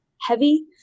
heavy